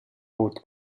both